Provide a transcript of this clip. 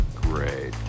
great